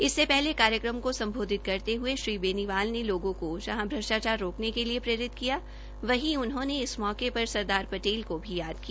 इससे पहले कार्यक्रम को सम्बोधित करते हये श्री बेनीवाल ने लोगों को जहां भ्रष्टाचार रोकने के लिए प्रेरित किया वहीं उन्होंने मौके पर सरदार पटेल को भी याद किया